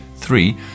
Three